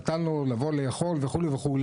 נתן לו לבוא לאכול וכו',